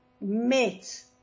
met